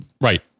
right